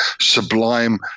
sublime